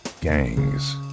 gangs